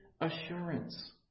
assurance